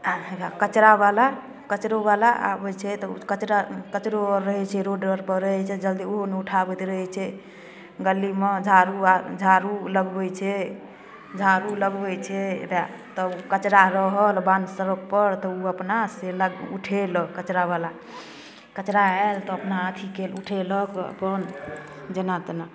हौवे कचरावला कचरोवला आबै छै तऽ ओ कचरा कचरो आओर रहै छै रोड आओरपर रहै छै जल्दी ओहो नहि उठाबैत रहै छै गलीमे झाड़ू झाड़ू लगबै छै झाड़ू लगबै छै हौवे तब कचरा रहल बान्ह सड़कपर तऽ ओ अपनासँ उठेलक कचरावला कचरा आएल तऽ अपना अथी उठेलक अपन जेना तेना